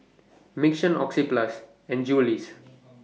Mission Oxyplus and Julie's